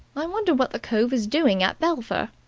i wonder what the cove is doing at belpher?